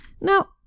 Now